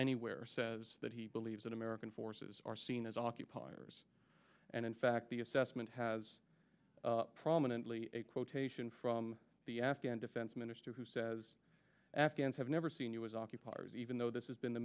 anywhere says that he believes that american forces are seen as occupiers and in fact the assessment has prominently a quotation from the afghan defense minister who says afghans have never seen you as occupiers even though this has been the